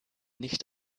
nicht